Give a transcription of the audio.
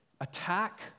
attack